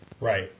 Right